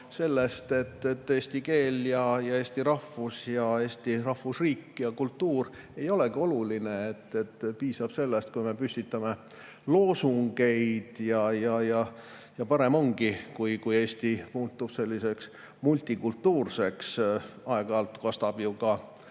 sellest, et eesti keel, eesti rahvus, Eesti rahvusriik ja [eesti] kultuur ei olegi olulised. Piisab sellest, kui me püstitame loosungeid, ja parem ongi, kui Eesti muutub multikultuurseks. Aeg-ajalt kostab ju ka